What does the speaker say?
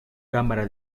cámara